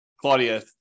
Claudia